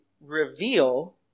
reveal